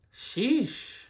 Sheesh